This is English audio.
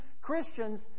Christians